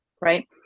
Right